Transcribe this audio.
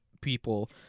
people